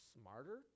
smarter